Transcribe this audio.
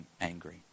angry